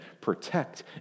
protect